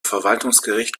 verwaltungsgericht